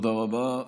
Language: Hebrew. תודה רבה.